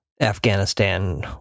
Afghanistan